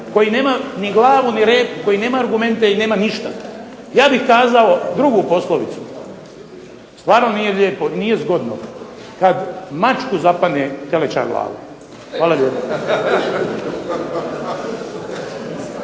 koji nema ni glavu ni rep, koji nema argumente i nema ništa. Ja bih kazao drugu poslovicu. Stvarno nije lijepo i nije zgodno kad mačku zapadne teleća glava. Hvala lijepa.